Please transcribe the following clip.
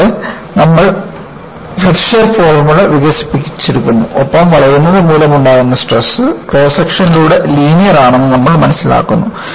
കൂടാതെ നമ്മൾ flexure formula വികസിപ്പിച്ചെടുക്കുന്നു ഒപ്പം വളയുന്നതുമൂലം ഉണ്ടാകുന്ന സ്ട്രെസ് ക്രോസ് സെക്ഷൻലൂടെ ലീനിയർ ആണെന്ന് നമ്മൾ മനസ്സിലാക്കുന്നു